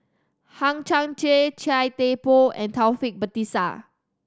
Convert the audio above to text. Hang Chang Chieh Chia Thye Poh and Taufik Batisah